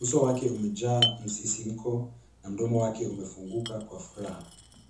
Uso wake umejaa msisimko, na mdomo wake umefunguka kwa furaha.